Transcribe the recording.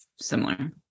similar